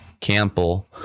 Campbell